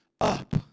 up